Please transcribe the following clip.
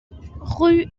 rue